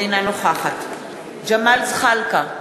אינה נוכחת ג'מאל זחאלקה,